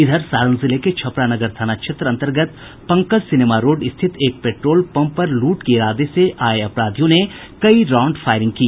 इधर सारण जिले के छपरा नगर थाना क्षेत्र अन्तर्गत पंकज सिनेमा रोड स्थित एक पेट्रोल पंप पर लूट के इरादे से आये अपराधियों ने कई राउंड फायरिंग की